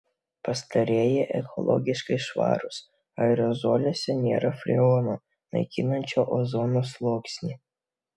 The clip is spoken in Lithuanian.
pastarieji ekologiškai švarūs aerozoliuose nėra freono naikinančio ozono sluoksnį